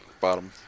bottom